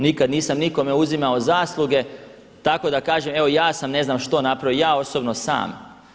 Nikad nisam nikome uzimao zasluge, tako da kažem evo ja sam ne znam što napravio ja osobno sam.